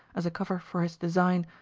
as a cover for his design,